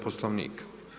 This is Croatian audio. Poslovnika.